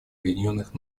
объединенных